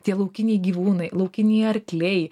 tie laukiniai gyvūnai laukiniai arkliai